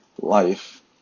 life